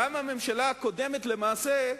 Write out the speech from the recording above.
גם הממשלה הקודמת, למעשה,